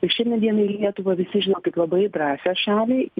ir šiandien dienai lietuvą visi žino kaip labai drąsią šalį